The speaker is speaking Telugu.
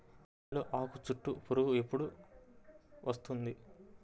వరిలో ఆకుచుట్టు పురుగు ఎప్పుడు వస్తుంది?